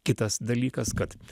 kitas dalykas kad